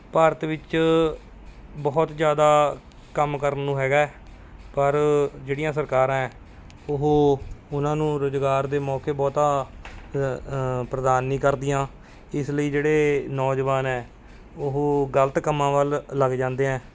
ਭਾਰਤ ਵਿੱਚ ਬਹੁਤ ਜ਼ਿਆਦਾ ਕੰਮ ਕਰਨ ਨੂੰ ਹੈਗਾ ਪਰ ਜਿਹੜੀਆਂ ਸਰਕਾਰਾਂ ਹੈ ਉਹ ਉਹਨਾਂ ਨੂੰ ਰੁਜ਼ਗਾਰ ਦੇ ਮੌਕੇ ਬਹੁਤਾ ਪ੍ਰਦਾਨ ਨਹੀਂ ਕਰਦੀਆਂ ਇਸ ਲਈ ਜਿਹੜੇ ਨੌਜਵਾਨ ਹੈ ਉਹ ਗਲਤ ਕੰਮਾਂ ਵੱਲ ਲੱਗ ਜਾਂਦੇ ਹੈ